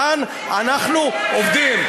כאן אנחנו עובדים.